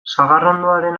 sagarrondoaren